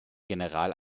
general